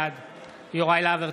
בעד יוראי להב הרצנו,